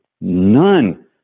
none